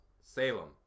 Salem